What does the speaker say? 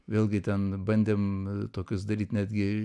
vėlgi ten bandėm tokius daryt netgi